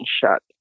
shut